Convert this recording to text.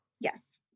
yes